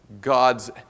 God's